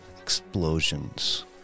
explosions